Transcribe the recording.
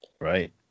Right